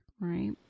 right